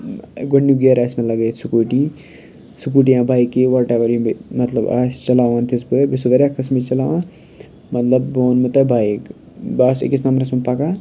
گۄڈٕنیُک گیر آسہِ مےٚ لَگٲیِتھ سکوٗٹی سکوٗٹی یا بایکہِ وَٹ اٮ۪وَر یِم بیٚیہِ مطلب آسہِ چَلاوان تِژھ پٲرۍ بہٕ چھُس واریاہ قٕسمٕچ چَلاوان مطلب بہٕ وَنمو تۄہہِ بایِک بہٕ آسہٕ أکِس نَمبرَس پَکان